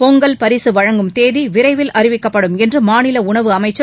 பொங்கல் பரிசு வழங்கும் தேதி விரைவில் அறிவிக்கப்படும் என்று மாநில உணவு அமைச்சர்